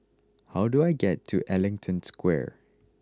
how do I get to Ellington Square